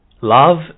Love